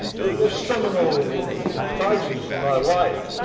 it was a seminal crisis in my life.